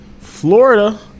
Florida